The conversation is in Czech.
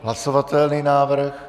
Hlasovatelný návrh.